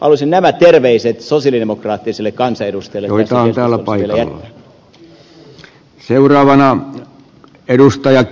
halusin nämä terveiset sosialidemokraattisille kansanedustajille tässä keskustelussa vielä jättää